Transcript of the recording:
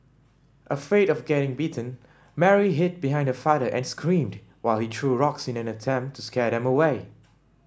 afraid of getting bitten Mary hid behind her father and screamed while he threw rocks in an attempt to scare them away